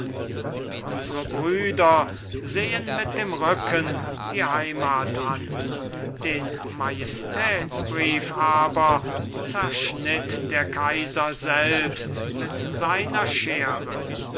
und unsre brüder sehen mit dem rücken die heimat an den majestätsbrief aber zerschnitt der kaiser selbst mit seiner schere